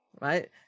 right